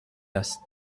است